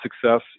success